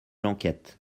l’enquête